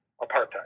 apartheid